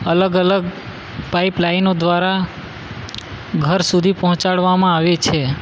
અલગ અલગ પાઇપ લાઈનો દ્વારા ઘર સુધી પહોંચાડવામાં આવે છે